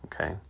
Okay